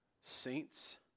saints